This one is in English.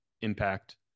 impact